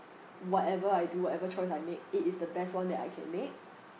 whatever I do whatever choice I make it is the best one that I can make